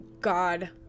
God